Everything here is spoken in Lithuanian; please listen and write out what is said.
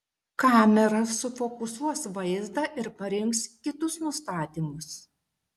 kamera sufokusuos vaizdą ir parinks kitus nustatymus